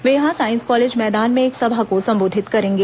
वे यहां साईस कॉलेज मैदान में एक सभा को संबोधित करेंगे